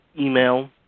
email